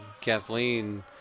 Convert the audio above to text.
Kathleen